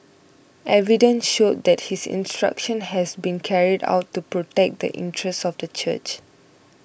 evidence showed that his instruction has been carried out to protect the interests of the church